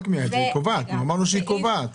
אמרנו שהיא קובעת.